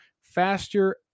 faster